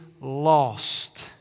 lost